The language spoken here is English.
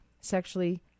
sexually